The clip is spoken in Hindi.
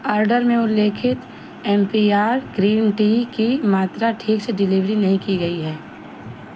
आर्डर में उल्लिखित एम्पियार ग्रीन टी की मात्रा ठीक से डिलीवरी नहीं की गई है